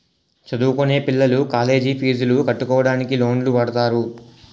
చదువుకొనే పిల్లలు కాలేజ్ పీజులు కట్టుకోవడానికి లోన్లు వాడుతారు